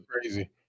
crazy